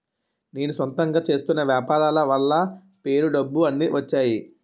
నేను సొంతంగా చేస్తున్న వ్యాపారాల వల్ల పేరు డబ్బు అన్ని వచ్చేయి